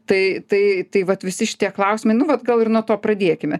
tai tai tai vat visi šitie klausimai nu vat gal ir nuo to pradėkime